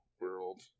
World